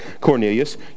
Cornelius